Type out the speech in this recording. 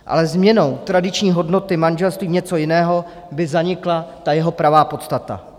Ale změnou tradiční hodnoty manželství v něco jiného by zanikla jeho pravá podstata.